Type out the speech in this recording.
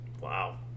Wow